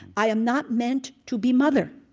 i am not meant to be mother,